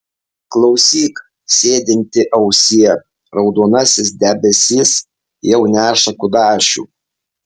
klausyk sėdinti ausie raudonasis debesis jau neša kudašių